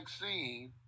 vaccine